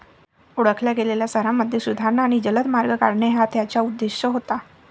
ओळखल्या गेलेल्या शहरांमध्ये सुधारणा आणि जलद मार्ग काढणे हा त्याचा उद्देश होता